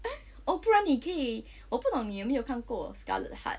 oh 不然你可以我不懂你有没有看过 scarlet heart